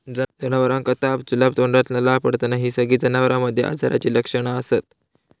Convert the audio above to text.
जनावरांका ताप, जुलाब, तोंडातना लाळ पडना हि सगळी जनावरांमध्ये आजाराची लक्षणा असत